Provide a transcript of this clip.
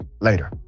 later